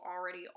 already